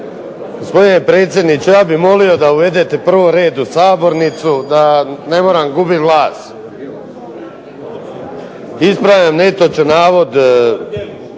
gospodine predsjedniče ja bih molio prvo da uvedete reda u sabornicu, da ne moram gubiti glas. Ispravljam netočan navod